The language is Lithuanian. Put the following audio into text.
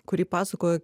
kuri pasakojo